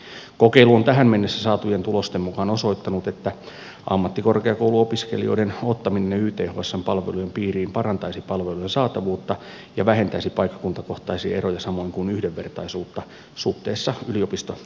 kokeilu on tähän mennessä saatujen tulosten mukaan osoittanut että ammattikorkeakouluopiskelijoiden ottaminen ythsn palvelujen piiriin parantaisi palvelujen saatavuutta vähentäisi paikkakuntakohtaisia eroja ja parantaisi yhdenvertaisuutta suhteessa yliopisto opiskelijoihin